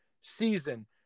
season